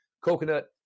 coconut